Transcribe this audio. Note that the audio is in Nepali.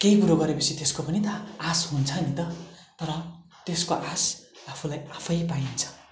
केही कुरो गरेपछि त्यसको पनि त आस हुन्छ नि त तर त्यसको आस आफूलाई आफै पाइन्छ